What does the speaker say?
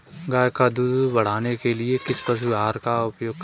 गाय का दूध बढ़ाने के लिए किस पशु आहार का उपयोग करें?